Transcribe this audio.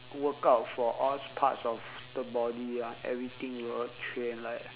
workout for all parts of the body ah everything we will train like